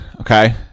Okay